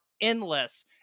endless